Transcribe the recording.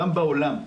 גם בעולם,